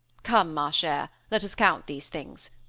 come, ma chere, let us count these things.